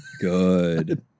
Good